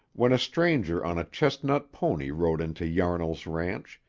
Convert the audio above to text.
when a stranger on a chestnut pony rode into yarnall's ranch,